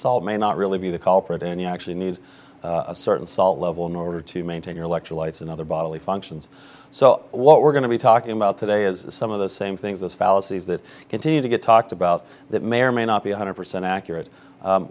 salt may not really be the culprit and you actually need a certain salt level in order to maintain your electrolytes and other bodily functions so what we're going to be talking about today is some of the same things as fallacies that continue to get talked about that may or may not be one hundred percent accurate